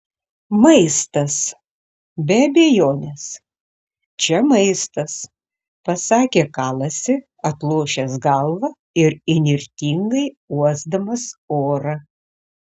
maistas be abejonės čia maistas pasakė kalasi atlošęs galvą ir įnirtingai uosdamas orą